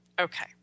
Okay